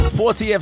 40th